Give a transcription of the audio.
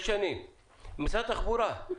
משרד התחבורה,